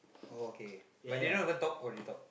oh okay but they not going to talk or they talk